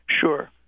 Sure